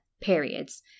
periods